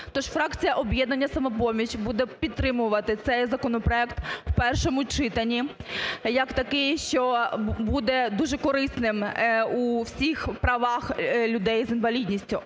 Тож фракція об'єднання "Самопоміч" буде підтримувати цей законопроект в першому читанні як такий, що буде дуже корисним у всіх правах людей з інвалідністю.